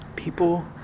people